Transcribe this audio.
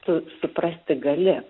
tu suprasti gali